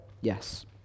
Yes